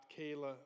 Kayla